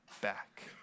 back